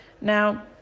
Now